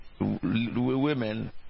women